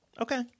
okay